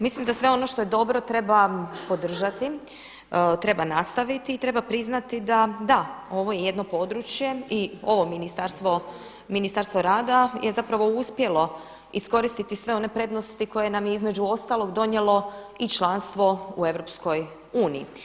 Mislim da sve ono što je dobro treba podržati, treba nastaviti i treba priznati da da, ovo je jedno područje i ovo ministarstvo, Ministarstvo rada je zapravo uspjelo iskoristiti sve one prednosti koje nam je između ostalog donijelo i članstvo u EU.